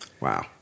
Wow